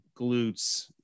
glutes